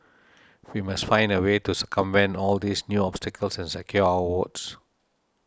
we must find a way to circumvent all these new obstacles and secure our votes